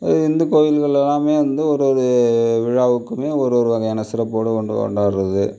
இந்து கோயில்கள் எல்லாமே வந்து ஒரு ஒரு விழாவுக்குமே ஒரு ஒரு வகையான சிறப்பு கொண்டாடுகிறது